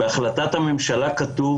בהחלטת הממשלה כתוב